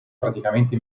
praticamente